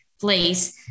place